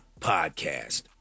podcast